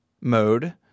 mode